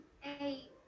Hey